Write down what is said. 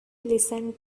listen